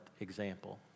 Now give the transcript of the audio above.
example